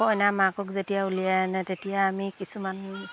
কইনা মাকক যেতিয়া উলিয়াই আনে তেতিয়া আমি কিছুমান